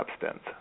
substance